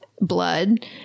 blood